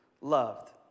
loved